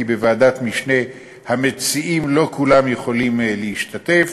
כי בוועדת משנה המציעים לא יכולים כולם להשתתף.